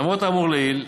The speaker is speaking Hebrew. למרות האמור לעיל,